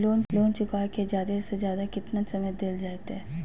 Loan चुकाबे के जादे से जादे केतना समय डेल जयते?